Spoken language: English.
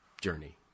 journey